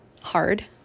hard